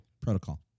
Protocol